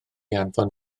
anfon